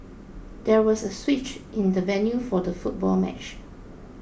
there was a switch in the venue for the football match